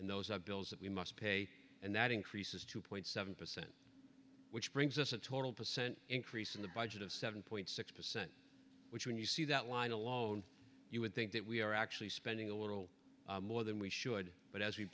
and those are bills that we must pay and that increases two point seven percent which brings us a total percent increase in the budget of seven point six percent which when you see that line alone you would think that we are actually spending a little more than we should but as we